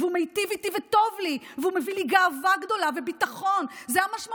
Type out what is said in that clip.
והוא מיטיב איתי וטוב לי והוא מביא לי גאווה גדולה וביטחון.